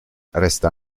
resta